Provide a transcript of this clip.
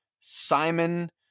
Simon